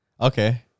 Okay